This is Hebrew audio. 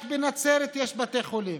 רק בנצרת יש בתי חולים.